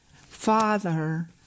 Father